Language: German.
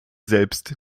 selbst